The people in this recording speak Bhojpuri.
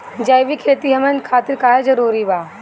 जैविक खेती हमन खातिर काहे जरूरी बा?